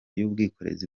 y’ubwikorezi